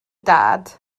dad